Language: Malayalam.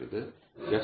18 മടങ്ങ് 3